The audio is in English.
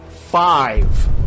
Five